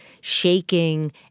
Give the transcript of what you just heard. shaking